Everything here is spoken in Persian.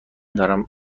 دارم